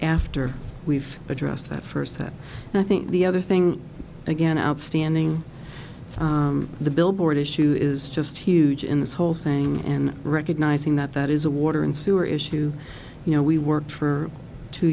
after we've addressed that first set and i think the other thing again outstanding the billboard issue is just huge in this whole thing and recognizing that that is a water and sewer issue you know we worked for two